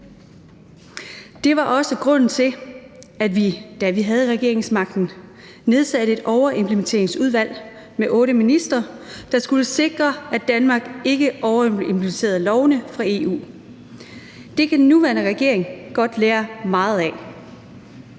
Det var også grunden til, at vi, da vi havde regeringsmagten, nedsatte et overimplementeringsudvalg med otte ministre, der skulle sikre, at Danmark ikke overimplementerede lovene fra EU. Det kan den nuværende regering godt lære meget af.